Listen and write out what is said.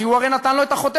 כי הוא הרי נתן לו את החותמת,